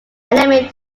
eliminate